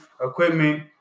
equipment